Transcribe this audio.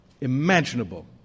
imaginable